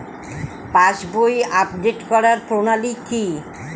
পাসবই update করার প্রণালী কি?